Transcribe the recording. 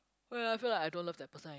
oh ya feel like I don't love that person and